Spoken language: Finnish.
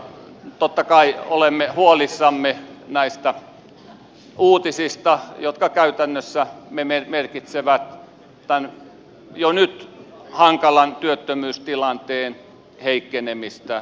totta kai olemme huolissamme näistä uutisista jotka käytännössä merkitsevät jo nyt hankalan työttömyystilanteen heikkenemistä